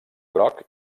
groc